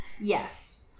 Yes